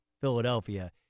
Philadelphia